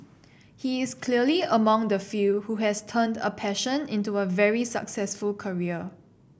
he is clearly among the few who has turned a passion into a very successful career